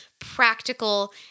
Practical